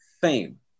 Fame